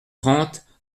trente